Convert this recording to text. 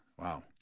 Wow